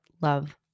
Love